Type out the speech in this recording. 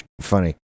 funny